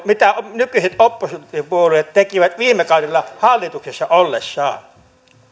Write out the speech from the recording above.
mitä nykyiset oppositiopuolueet tekivät viime kaudella hallituksessa ollessaan